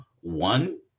one